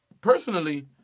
Personally